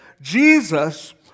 Jesus